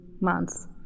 months